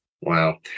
Wow